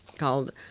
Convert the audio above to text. Called